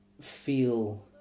feel